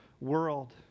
world